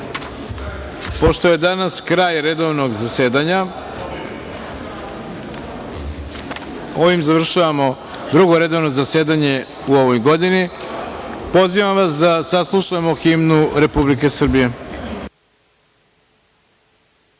pošto je danas kraj redovnog zasedanja, ovim završavamo Drugo redovno zasedanje u ovoj godini. Pozivam vas da saslušamo himnu Republike